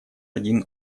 один